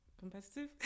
competitive